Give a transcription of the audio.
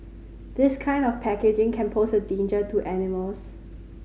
this kind of packaging can pose a danger to animals